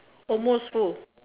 almost full